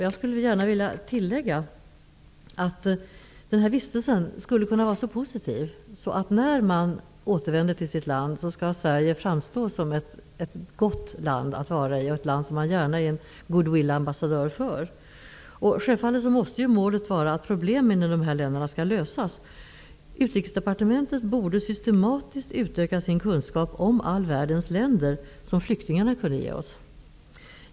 Jag skulle gärna vilja tillägga att vistelsen bör vara så positiv att när flyktingarna återvänder till sitt eget land skall Sverige framstå som ett gott land att vara i och ett land som man gärna är goodwill-ambassadör för. Självfallet måste målet vara att problemen i flytktingarnas hemländer skall lösas. Utrikesdepartementet borde systematiskt utöka sin kunskap om all världens länder. Denna kunskap kan flyktingarna ge oss.